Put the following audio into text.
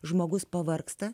žmogus pavargsta